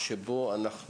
תהליך שבו אנחנו